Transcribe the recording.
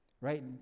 right